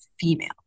female